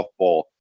softball